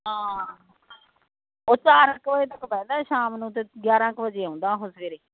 ਹਾਂ ਉਹ ਚਾਰ ਕੁ ਵਜੇ ਤੱਕ ਬਹਿੰਦਾ ਸ਼ਾਮ ਨੂੰ ਅਤੇ ਗਿਆਰ੍ਹਾਂ ਕੁ ਵਜੇ ਆਉਂਦਾ ਉਹ ਸਵੇਰੇ